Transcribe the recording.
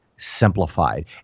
simplified